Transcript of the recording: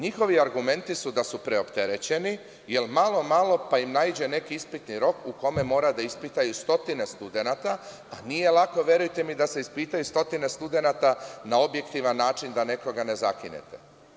Njihovi argumenti da su preopterećeni, jel malo, malo pa im naiđe neki ispitni rok u kome moraju da ispitaju stotine studenata, a nije lako, verujte mi, da se ispitaju stotine studenata na objektivan način da nekog ne zakinete.